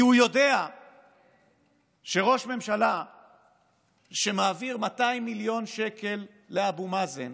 כי הוא יודע שראש ממשלה שמעביר 200 מיליון שקלים לאבו מאזן,